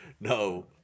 No